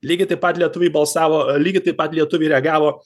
lygiai taip pat lietuviai balsavo lygiai taip pat lietuviai reagavo